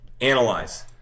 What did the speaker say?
analyze